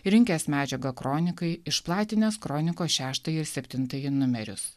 rinkęs medžiagą kronikai išplatinęs kronikos šeštąjį septintąjį numerius